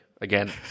Again